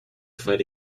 fight